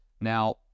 Now